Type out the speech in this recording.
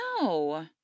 No